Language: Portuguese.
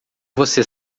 você